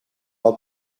wat